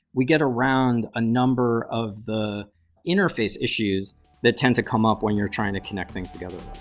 we get around a number of the interface issues that tend to come up when you're trying to connect things together